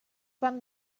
van